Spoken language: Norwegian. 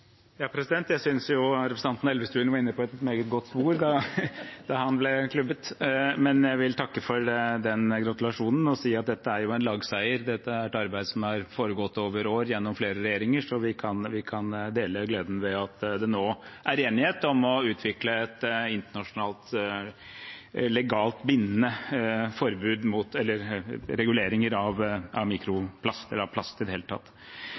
Jeg synes representanten Elvestuen var inne på et meget godt spor da han ble klubbet! Jeg vil takke for den gratulasjonen og si at dette er en lagseier. Dette er et arbeid som har foregått over år, gjennom flere regjeringer, så vi kan dele gleden ved at det nå er enighet om å utvikle et internasjonalt legalt bindende forbud mot eller reguleringer av mikroplast, eller av plast i det hele tatt.